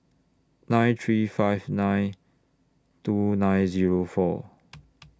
nine three five nine two nine Zero four